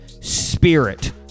spirit